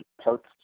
parts